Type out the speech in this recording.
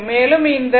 மேலும் இந்த 14